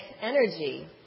energy